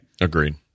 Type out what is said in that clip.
Agreed